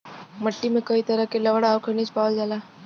मट्टी में कई तरह के लवण आउर खनिज पावल जाला